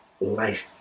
life